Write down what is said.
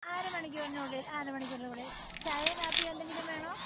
അര മണിക്കൂറിനുള്ളിൽ അര മണിക്കൂറിനുള്ളിൽ ചായ കാപ്പി എന്തെങ്കിലും വേണോ